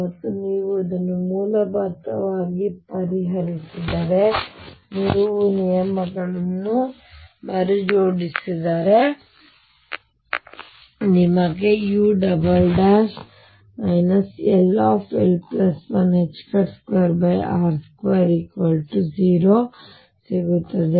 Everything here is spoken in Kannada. ಮತ್ತು ನೀವು ಇದನ್ನು ಮೂಲಭೂತವಾಗಿ ಪರಿಹರಿಸಿದರೆ ನೀವು ನಿಯಮಗಳನ್ನು ಮರುಜೋಡಿಸಿದರೆ ನಿಮಗೆ u ll12r20 ಸಿಗುತ್ತದೆ